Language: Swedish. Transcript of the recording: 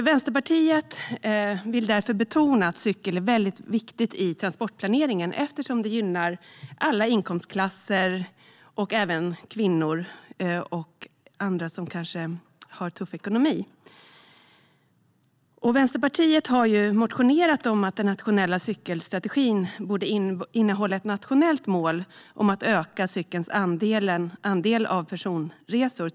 Vänsterpartiet vill därför betona att cykel är väldigt viktigt i transportplaneringen, eftersom det gynnar alla inkomstklasser - även kvinnor och andra som kanske har det tufft ekonomiskt. Vänsterpartiet har motionerat om att den nationella cykelstrategin bör innehålla ett nationellt mål om att öka cykelns andel av antalet personresor.